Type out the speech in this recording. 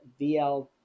VL